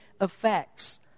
effects